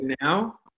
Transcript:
now